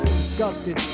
disgusted